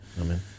Amen